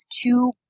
two